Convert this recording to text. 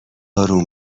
آروم